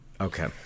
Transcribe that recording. Okay